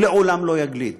הוא לעולם לא יגליד,